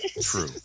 true